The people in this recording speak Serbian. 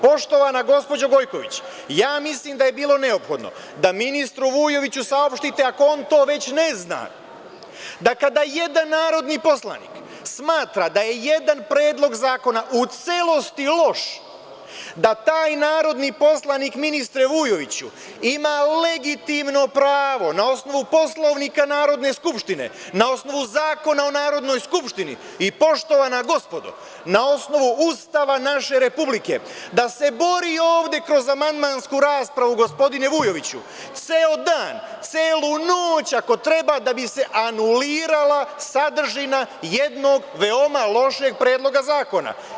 Poštovana gospođo Gojković, ja mislim da je bilo neophodno da ministru Vujoviću saopštite, ako onto već ne zna, da kada jedan narodni poslanik smatra da je jedan predlog zakona u celosti loš, da taj narodni poslanik, ministre Vujoviću, ima legitimno pravo na osnovu Poslovnika Narodne skupštine, na osnovu Zakona o Narodnoj skupštini i poštovana gospodo, na osnovu Ustava naše Republike, da se bori ovde kroz amandmansku raspravu, gospodine Vujoviću, ceo dan, celu noć ako treba, da bi se anulirala sadržina jednog veoma lošeg predloga zakona.